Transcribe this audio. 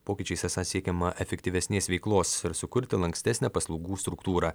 pokyčiais esą siekiama efektyvesnės veiklos ir sukurti lankstesnę paslaugų struktūrą